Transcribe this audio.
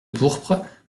pourpre